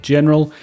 General